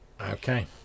Okay